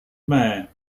mayor